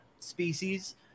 species